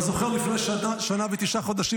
אתה זוכר לפני שנה ותשעה חודשים,